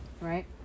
Right